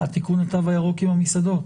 תיקון התו הירוק עם המסעדות,